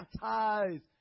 baptized